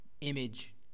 image